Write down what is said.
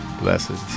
blessings